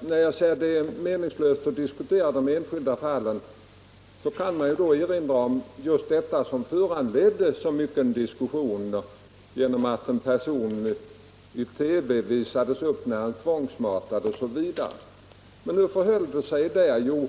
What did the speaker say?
När jag säger att det är meningslöst att diskutera de enskilda fallen kan jag erinra om just det fall som föranledde så mycken diskussion genom att en person visades upp i TV då han tvångsmatades osv. Men hur förhöll det sig där? Jo,